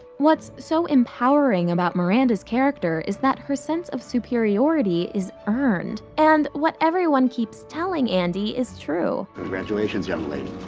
what's so empowering about miranda's character is that her sense of superiority is earned. and what everyone keeps telling andy is true congratulations, young lady.